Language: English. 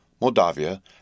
Moldavia